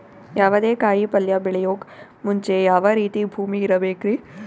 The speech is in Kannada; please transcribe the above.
ಯಾವುದೇ ಕಾಯಿ ಪಲ್ಯ ಬೆಳೆಯೋಕ್ ಮುಂಚೆ ಯಾವ ರೀತಿ ಭೂಮಿ ಇರಬೇಕ್ರಿ?